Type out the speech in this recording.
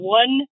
one